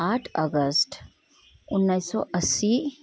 आठ अगस्त उन्नाइस सय असी